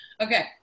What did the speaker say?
Okay